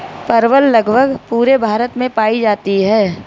परवल लगभग पूरे भारत में पाई जाती है